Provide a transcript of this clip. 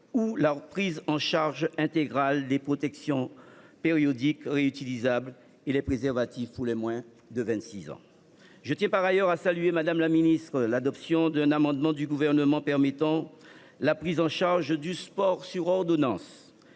ou la prise en charge intégrale des protections périodiques réutilisables et des préservatifs pour les moins de 26 ans. Je tiens par ailleurs à saluer, madame la ministre, l’adoption d’un amendement du Gouvernement permettant la prise en charge du sport sur ordonnance.